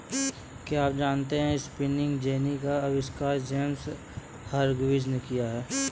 क्या आप जानते है स्पिनिंग जेनी का आविष्कार जेम्स हरग्रीव्ज ने किया?